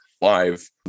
live